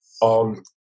on